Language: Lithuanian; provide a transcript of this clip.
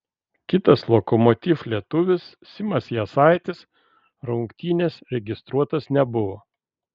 kitas lokomotiv lietuvis simas jasaitis rungtynės registruotas nebuvo